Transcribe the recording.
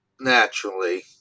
Naturally